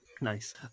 Nice